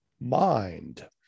mind